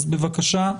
בבקשה.